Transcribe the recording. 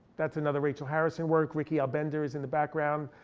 that's another rachel harrison work. ricky albender is in the background.